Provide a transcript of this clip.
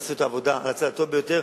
תעשה את העבודה על הצד הטוב ביותר,